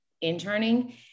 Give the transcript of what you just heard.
interning